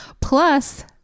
plus